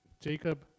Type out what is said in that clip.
Jacob